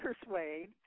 persuade